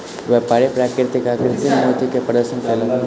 व्यापारी प्राकृतिक आ कृतिम मोती के प्रदर्शन कयलक